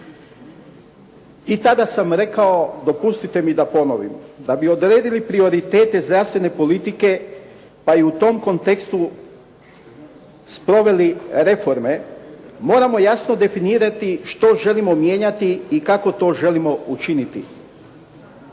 I tada sam rekao, dopustite mi da ponovim, da bi odredili prioritete zdravstvene politike, pa i u tom kontekstu sproveli reforme moramo jasno definirati što želimo mijenjati i kako to želimo učiniti.